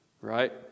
Right